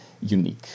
unique